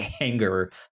anger